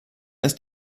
ist